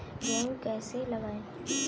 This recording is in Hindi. गेहूँ कैसे लगाएँ?